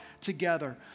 together